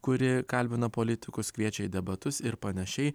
kuri kalbina politikus kviečia į debatus ir panašiai